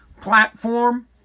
platform